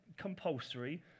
compulsory